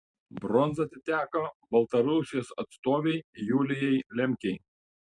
bronza atiteko baltarusijos atstovei julijai lemkei